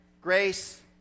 grace